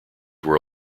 were